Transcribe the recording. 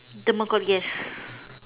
democrat gas